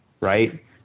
right